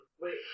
Wait